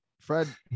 Fred